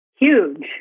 huge